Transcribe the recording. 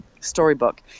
storybook